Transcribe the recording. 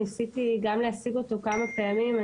ניסיתי גם להשיג אותו כמה פעמים.